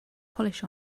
polish